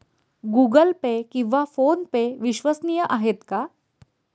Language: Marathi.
गूगल पे किंवा फोनपे विश्वसनीय आहेत का?